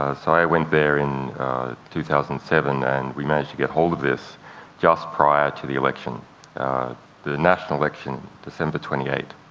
ah so i went there in two thousand and seven, and we managed to get hold of this just prior to the election the national election, december twenty eight.